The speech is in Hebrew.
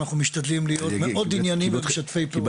אנחנו משתדלים להיות מאוד ענייניים ומשתפי פעולה.